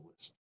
list